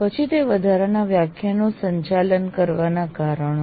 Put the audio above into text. પછી તે વધારાના વ્યાખ્યાનનું સંચાલન કરવાના કારણો